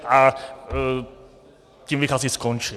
A tím bych asi skončil.